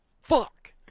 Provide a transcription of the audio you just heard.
fuck